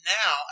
now